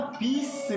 peace